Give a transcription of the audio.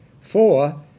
Four